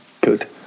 Good